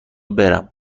برم